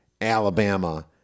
Alabama